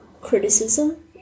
criticism